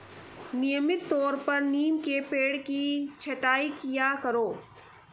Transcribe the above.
नियमित तौर पर नीम के पेड़ की छटाई किया करो